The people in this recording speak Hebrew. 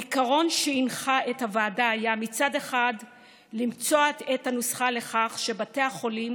העיקרון שהנחה את הוועדה היה מצד אחד למצוא את הנוסחה לכך שבתי החולים